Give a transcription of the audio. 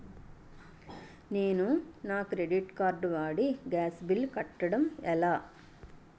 నేను నా credit card వాడి గ్యాస్ బిల్లు కట్టడం ఎలా?